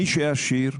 קח את המיקרופון.